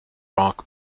rock